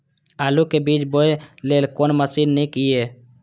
आलु के बीज बोय लेल कोन मशीन नीक ईय?